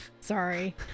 Sorry